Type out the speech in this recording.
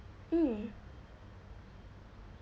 mm